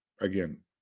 Again